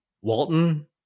Walton